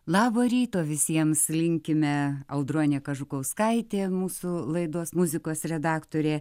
labo ryto visiems linkime audronė kažukauskaitė mūsų laidos muzikos redaktorė